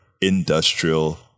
industrial